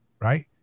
right